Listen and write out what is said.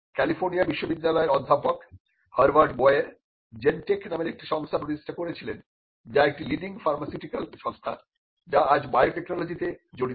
California বিশ্ববিদ্যালয়ের অধ্যাপক Herbert Boyer Genetech নামে একটি সংস্থা প্রতিষ্ঠা করেছিলেন যা একটি লিডিং ফার্মাসিউটিক্যাল সংস্থা যা আজ বায়োটেকনোলজি তে জড়িত